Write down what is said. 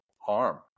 harm